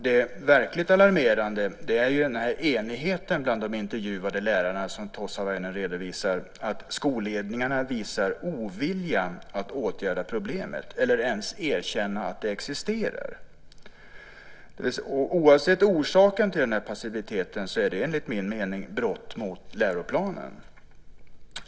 Det verkligt alarmerande är den enighet bland de intervjuade lärarna som Tossavainen redovisar om att skolledningarna visar ovilja att åtgärda problemet eller ens erkänna att det existerar. Oavsett orsaken till den här passiviteten är det enligt min mening brott mot läroplanen.